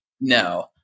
No